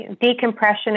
decompression